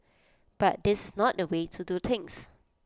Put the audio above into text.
but this not the way to do things